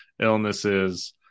illnesses